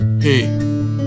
Hey